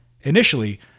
Initially